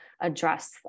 address